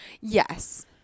Yes